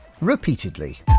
Repeatedly